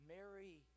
Mary